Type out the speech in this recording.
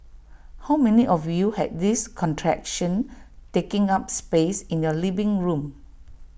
how many of you had this contraption taking up space in your living room